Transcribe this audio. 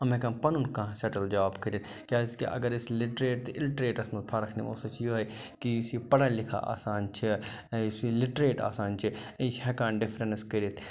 یِم ہٮ۪کان پَنُن کانٛہہ سٮ۪ٹٕل جاب کٔرِتھ کیٛازِکہِ اگر أسۍ لِٹریٹ تہٕ اِلٹریٹَس منٛز فرکھ نِمو سۄ چھِ یِہَے کہِ یُس یہِ پَڑا لِکھا آسان چھِ یُس یہِ لِٹریٹ آسان چھِ یہِ چھِ ہٮ۪کان ڈِفرَنٕس کٔرِتھ